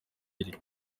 bibiri